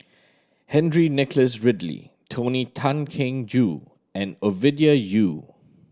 Henry Nicholas Ridley Tony Tan Keng Joo and Ovidia Yu